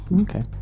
Okay